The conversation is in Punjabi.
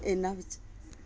ਇਨ੍ਹਾਂ ਵਿੱਚ